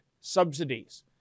subsidies